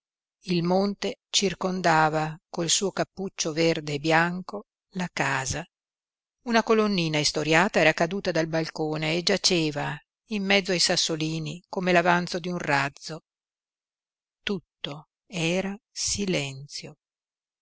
il monte circondava col suo cappuccio verde e bianco la casa una colonnina istoriata era caduta dal balcone e giaceva in mezzo ai sassolini come l'avanzo di un razzo tutto era silenzio